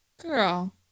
Girl